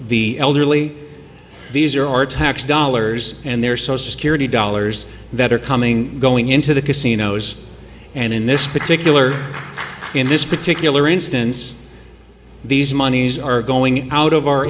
the elderly these are our tax dollars and their social security dollars that are coming going into the casinos and in this particular in this particular instance these monies are going out of our